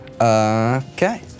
Okay